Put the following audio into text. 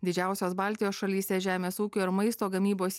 didžiausios baltijos šalyse žemės ūkio ir maisto gamybos